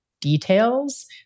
details